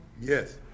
Yes